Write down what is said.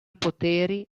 poteri